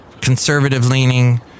conservative-leaning